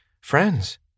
friends